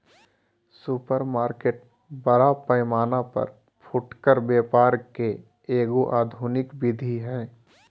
supermarket बड़ा पैमाना पर फुटकर व्यापार के एगो आधुनिक विधि हइ